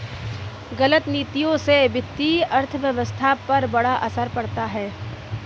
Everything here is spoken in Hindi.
गलत नीतियों से वित्तीय अर्थव्यवस्था पर बड़ा असर पड़ता है